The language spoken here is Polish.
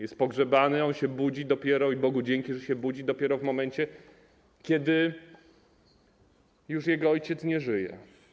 Jest pogrzebany i budzi się - i Bogu dzięki, że się budzi - dopiero w momencie, kiedy już jego ojciec nie żyje.